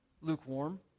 lukewarm